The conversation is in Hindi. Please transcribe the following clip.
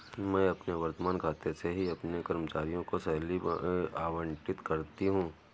मैं अपने वर्तमान खाते से ही अपने कर्मचारियों को सैलरी आबंटित करती हूँ